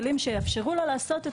שבהם אפשר לסייע למשרד המשפטים לעשות את